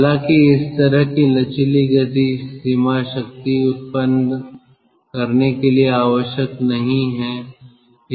हालाँकि इस तरह की लचीली गति सीमा शक्ति उत्पन्न करने के लिए आवश्यक नहीं है